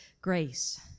grace